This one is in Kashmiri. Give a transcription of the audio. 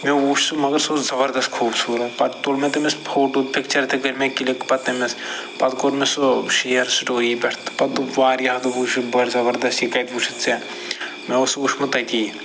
مےٚ وُچھ سُہ مَگر سُہ اوس زَبردست خوٗبصوٗرت پَتہٕ تُل مےٚ تٔمِس فوٹوٗ پِکچر تہِ کٔر مےٚ کِلِک پتہٕ تٔمِس پَتہٕ کوٚر مےٚ سُہ شِیر سِٹوری پٮ۪ٹھ تہٕ پَتہٕ دوٚپ واریاہو دوٚپُکھ یہِ چھُ بڈٕ زَبردست یہِ کَتہِ وُچھُتھ ژےٚ مےٚ اوس سُہ وُچھمُت تٔتی